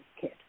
kid